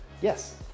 Yes